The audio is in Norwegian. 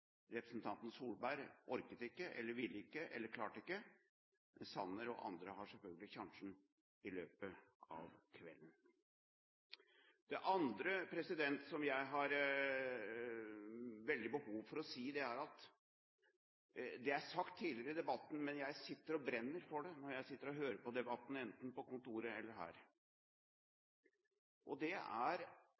Representanten Solberg orket ikke, ville ikke eller klarte ikke. Sanner og andre har selvfølgelig sjansen i løpet av kvelden. Det andre som jeg har veldig behov for å si – det er sagt tidligere i debatten, men jeg sitter og brenner for det når jeg sitter og hører på debatten, enten på kontoret eller her – er